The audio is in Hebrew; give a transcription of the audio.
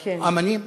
אמנים.